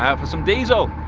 yeah for some diesel.